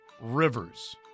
Rivers